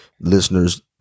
listeners